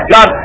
God